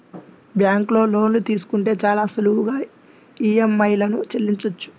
బ్యేంకులో లోన్లు తీసుకుంటే చాలా సులువుగా ఈఎంఐలను చెల్లించొచ్చు